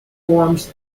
forms